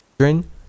children